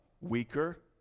weaker